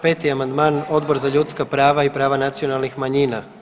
Peti amandman Odbor za ljudska prava i prava nacionalnih manjina.